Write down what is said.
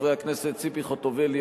חברי הכנסת ציפי חוטובלי,